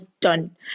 done